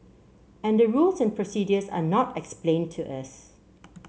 and the rules and procedures are not explained to us